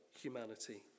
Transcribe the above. humanity